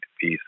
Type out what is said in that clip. peace